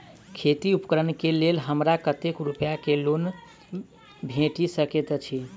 खेती उपकरण केँ लेल हमरा कतेक रूपया केँ लोन भेटि सकैत अछि?